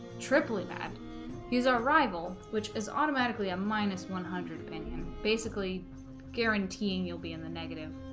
triply bad he's our rival which is automatically a minus one hundred billion basically guaranteeing you'll be in the negative